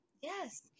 yes